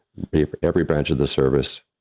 every branch of the service,